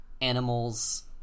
animals